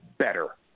better